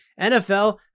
NFL